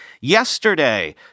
Yesterday